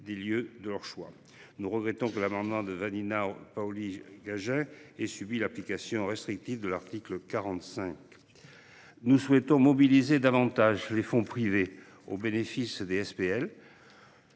Nous souhaitions mobiliser davantage de fonds privés au bénéfice des SPL.